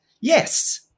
yes